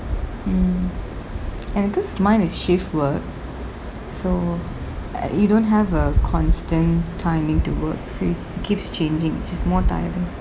mm and this mine is shift work so you don't have a constant timing to work so it keeps changing which is more tiring